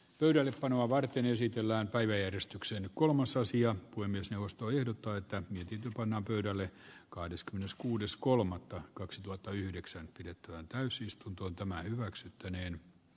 pöydällepanoa varten esitellään taideyhdistyksen kolmas asia kuin myös jaosto ehdottaa että niihin panna pöydälle kahdeskymmeneskuudes kolmannetta kaksituhattayhdeksän pidettävään täysistuntoon tämä hyväksyttäneen e